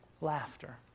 laughter